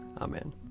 Amen